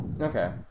Okay